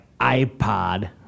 iPod